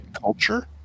culture